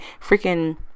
freaking